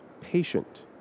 patient